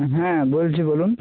হ্যাঁ বলছি বলুন